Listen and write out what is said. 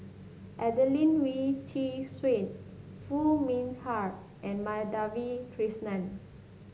Adelene Wee Chin Suan Foo Mee Har and Madhavi Krishnan